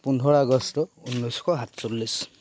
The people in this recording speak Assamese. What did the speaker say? পোন্ধৰ আগষ্ট ঊনৈছশ সাতচল্লিছ